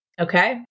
Okay